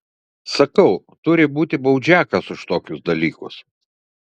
sakau turi būti baudžiakas už tokius dalykus